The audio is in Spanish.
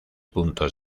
puntos